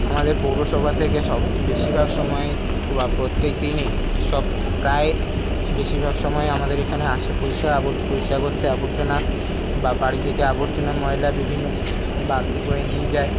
আমাদের পৌরসভা থেকে সব বেশিরভাগ সময়েই বা প্রত্যেক দিনই সব প্রায় বেশিরভাগ সময়েই আমাদের এখানে আসে পরিষ্কার আব পরিষ্কার করতে আবর্জনা বা বাড়ি থেকে আবর্জনা ময়লা বিভিন্ন বালতি করে নিয়ে যায়